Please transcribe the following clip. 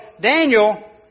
Daniel